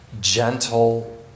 gentle